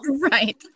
Right